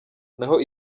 naho